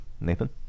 Nathan